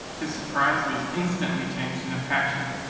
his surprise was instantly changed into passion,